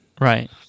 Right